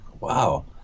wow